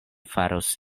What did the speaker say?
faros